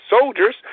soldiers